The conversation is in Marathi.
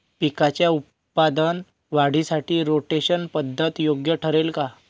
पिकाच्या उत्पादन वाढीसाठी रोटेशन पद्धत योग्य ठरेल का?